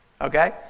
okay